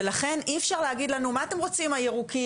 ולכן אי אפשר להגיד לנו מה אתם רוצים הירוקים,